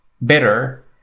better